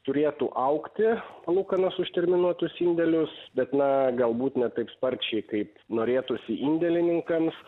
turėtų augti palūkanos už terminuotus indėlius bet na galbūt ne taip sparčiai kaip norėtųsi indėlininkams